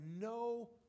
no